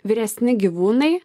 vyresni gyvūnai